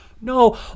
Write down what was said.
No